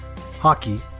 Hockey